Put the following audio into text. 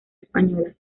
españolas